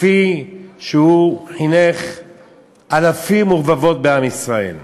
כפי שהוא חינך אלפים ורבבות בעם ישראל.